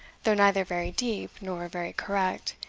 though neither very deep nor very correct,